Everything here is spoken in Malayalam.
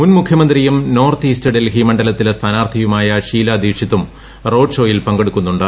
മുൻമുഖ്യമന്ത്രിയും നോർത്ത് ഈസ്റ്റ് ഡൽഹി മണ്ഡലത്തിലെ സ്ഥാനാർത്ഥിയുമായ ഷീലാദീക്ഷിത്തും റോഡ് ഷോയിൽ പങ്കെടുക്കുന്നുണ്ട്